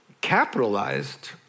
capitalized